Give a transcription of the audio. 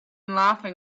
laughing